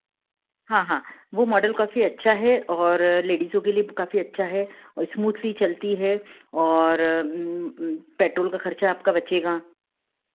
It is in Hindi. हाँ हाँ वह मॉडल काफ़ी अच्छा है और लेडिजों के लिए भी काफ़ी अच्छा है और स्मूथली चलती है और पेट्रोल का खर्चा आपका बचेगा